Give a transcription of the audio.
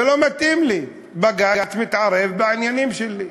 זה לא מתאים לי, בג"ץ מתערב בעניינים שלי,